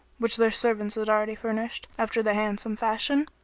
which their servants had already furnished, after the handsomest fashion,